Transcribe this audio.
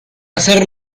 hacer